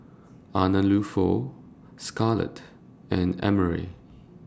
Arnulfo Scarlett and Emry